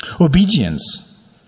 Obedience